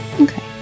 Okay